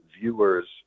viewers